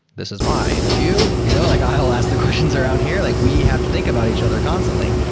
this is my interview. you know like i'll ask the questions around here. like we have to think about each other constantly.